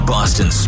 Boston